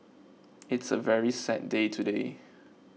it's a very sad day today